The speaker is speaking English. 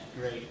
great